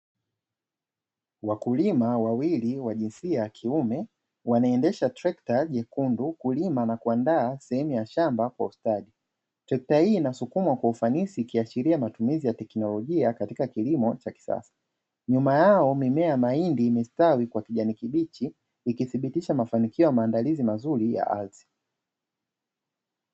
Wakulima wawili wa jinsia ya kiume wanaendesha trekta jekundu kulima na kuandaa sehemu ya shamba kwa ustadi. Trekta hii inasukumwa kwa ufanisi ikiashiria matumizi ya teknolojia katika kilimo cha kisasa, nyuma yao mimea ya mahindi imestawi kwa kijani kibichi ikithibitisha mafanikio ya maandalizi mazuri ya ardhi.